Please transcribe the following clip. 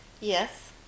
Yes